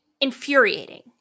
infuriating